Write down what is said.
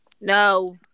No